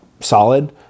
solid